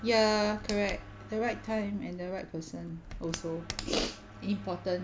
ya correct the right time and the right person also important